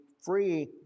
free